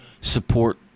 support